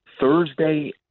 Thursday